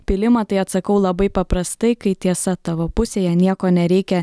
pylimą tai atsakau labai paprastai kai tiesa tavo pusėje nieko nereikia